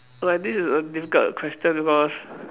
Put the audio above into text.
like this is a difficult question because